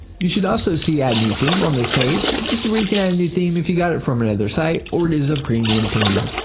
you should also see add new theme on this page. this is where you can add a new theme if you got it from another site or it is a premium theme.